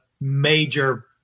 major